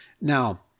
Now